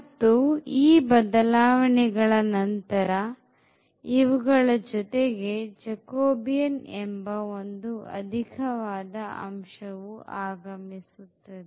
ಮತ್ತು ಈ ಬದಲಾವಣೆಗಳ ನಂತರ ಇವುಗಳ ಜೊತೆಗೆ jacobian ಎಂಬ ಒಂದು ಅಧಿಕವಾದ ಅಂಶವು ಆಗಮಿಸುತ್ತದೆ